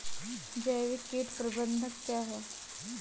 जैविक कीट प्रबंधन क्या है?